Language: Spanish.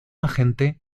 agente